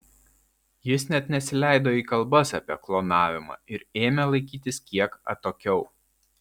jis net nesileido į kalbas apie klonavimą ir ėmė laikytis kiek atokiau